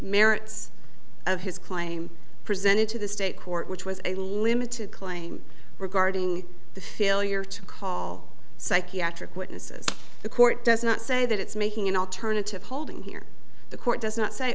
merits of his claim presented to the state court which was a limited claim regarding the failure to call psychiatric witnesses the court does not say that it's making an alternative holding here the court does not say